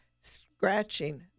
scratching